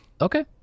Okay